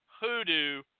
Hoodoo